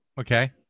okay